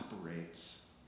operates